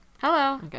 Hello